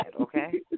Okay